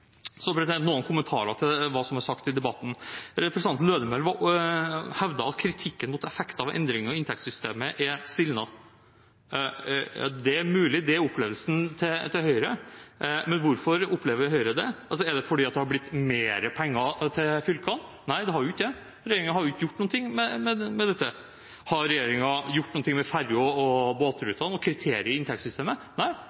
Så noen kommentarer til hva som er sagt i debatten. Representanten Lødemel hevdet at kritikken mot effekter av endringer i inntektssystemet er stilnet. Det er mulig det er opplevelsen til Høyre, men hvorfor opplever Høyre det? Er det fordi det har blitt mer penger til fylkene? Nei, det har ikke det, regjeringen har ikke gjort noe med dette. Har regjeringen gjort noe med ferje- og båtrutene og kriteriene i inntektssystemet? Nei, de sa de skulle gjøre det i